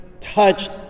touched